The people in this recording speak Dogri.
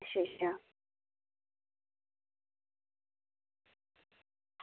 अच्छा अच्छा